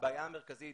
הבעיה המרכזית,